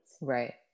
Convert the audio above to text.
right